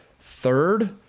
third